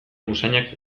usainak